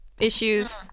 issues